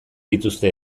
dituzte